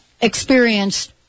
experienced